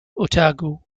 otago